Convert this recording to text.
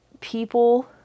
people